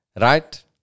Right